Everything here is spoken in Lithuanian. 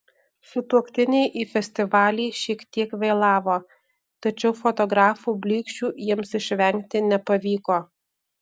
sutuoktiniai į festivalį šiek tiek vėlavo tačiau fotografų blyksčių jiems išvengti nepavyko